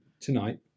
tonight